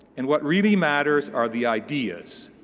and what really matters are the ideas.